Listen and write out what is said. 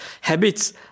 habits